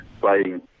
playing